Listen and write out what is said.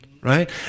Right